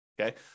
okay